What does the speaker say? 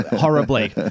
horribly